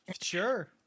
sure